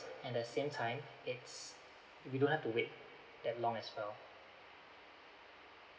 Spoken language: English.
and the same time it's we don't have to wait that long as well